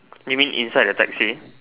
you mean inside the taxi